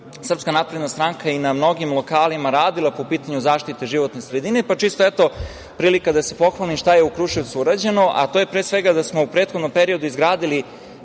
je i u prethodnom periodu SNS i na mnogim lokalima radila po pitanju zaštite životne sredine, pa čisto, eto, prilika da se pohvalim šta je u Kruševcu urađeno, a to je, pre svega, da smo u prethodnom periodu izgradili